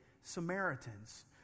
Samaritans